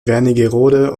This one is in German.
wernigerode